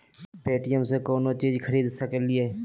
Paytm से कौनो चीज खरीद सकी लिय?